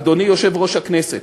אדוני יושב-ראש הכנסת,